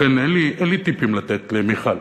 לכן אין לי טיפים לתת למיכל,